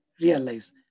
Realize